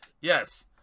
yes